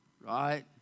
right